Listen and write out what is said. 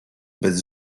bez